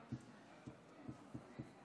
תוצאות